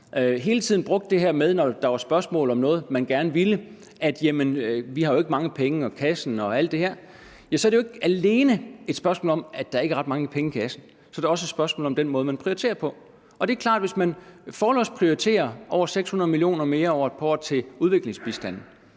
talerstolen hele tiden – når der var spørgsmål om noget, man gerne ville – har brugt det her med, jamen vi har jo ikke mange penge, kassen er tom, og alt det der, så er det jo ikke alene et spørgsmål om, at der ikke ret mange penge i kassen. Så er det også et spørgsmål om den måde, man prioriterer på. Og det er klart, at hvis man forlods prioriterer over 600 mio. kr. mere om året til udviklingsbistand,